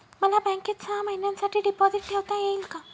मला बँकेत सहा महिन्यांसाठी डिपॉझिट ठेवता येईल का?